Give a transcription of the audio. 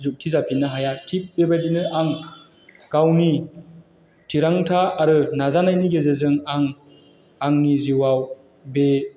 जुख्थि जाफिननो हाया थिख बेबायदि आं गावनि थिरांथा आरो नाजानायनि गेजेरजों आं आंनि जिउआव बे